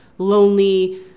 lonely